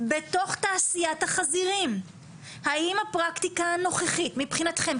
בתוך תעשיית החזירים האם הפרקטיקה הנוכחית מבחינתכם,